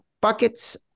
Buckets